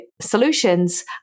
solutions